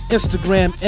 Instagram